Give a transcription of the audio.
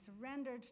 surrendered